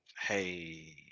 Hey